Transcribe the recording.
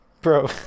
bro